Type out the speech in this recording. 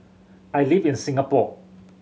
I live in Singapore